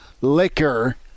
liquor